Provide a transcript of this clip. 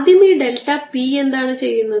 ആദ്യം ഈ delta p എന്താണ് ചെയ്യുന്നത്